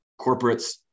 Corporates